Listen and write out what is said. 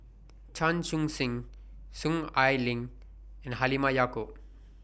Chan Chun Sing Soon Ai Ling and Halimah Yacob